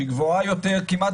שהיא גבוהה יותר מכל